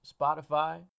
Spotify